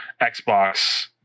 Xbox